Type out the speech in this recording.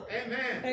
amen